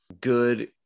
good